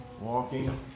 Walking